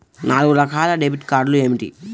నాలుగు రకాల డెబిట్ కార్డులు ఏమిటి?